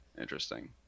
interesting